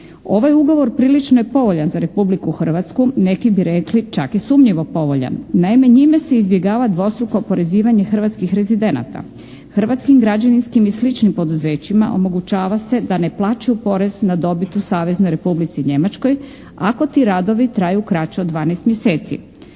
Ovaj ugovor prilično je povoljan za Republiku Hrvatsku. Neki bi rekli čak i sumnjivo povoljan. Naime, njime se izbjegava dvostrukog oporezivanja hrvatskih rezidenata. Hrvatskim građevinskim i sličnim poduzećima omogućava se da ne plaćaju porez na dobit u Saveznoj Republici Njemačkoj ako ti radovi traju kraće od 12 mjeseci.